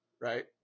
right